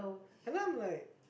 and then I'm like